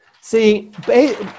See